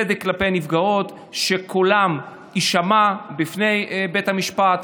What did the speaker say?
צדק כלפי הנפגעות, שקולן יישמע בפני בית המשפט.